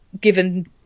given